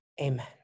amen